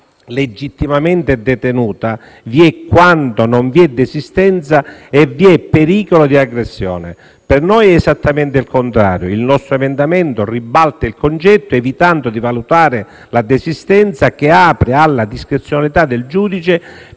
legittimamente detenuta vi è quando non vi sia desistenza e vi sia pericolo di aggressione. Per noi è esattamente il contrario: il nostro emendamento ribalta il concetto, evitando di valutare la desistenza, che apre alla discrezionalità del giudice,